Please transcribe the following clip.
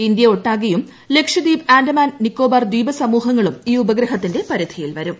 ഇന്തൃ ഒട്ടാകെയും ലക്ഷദ്വീപ് ആന്റമാൻ നിക്കോബാർ ദ്വീപസമൂഹങ്ങളും ഈ ഉപഗ്രഹത്തിന്റെ പരിധിയിൽ വരും